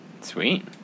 Sweet